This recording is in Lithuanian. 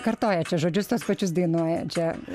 kartoja čia žodžius tuos pačius dainuoja čia